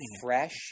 fresh